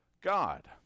God